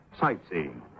sightseeing